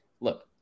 look